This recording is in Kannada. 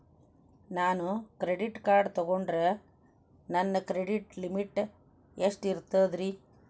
ನಾನು ಕ್ರೆಡಿಟ್ ಕಾರ್ಡ್ ತೊಗೊಂಡ್ರ ನನ್ನ ಕ್ರೆಡಿಟ್ ಲಿಮಿಟ್ ಎಷ್ಟ ಇರ್ತದ್ರಿ?